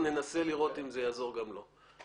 ננסה לראות אם זה יעזור גם לו.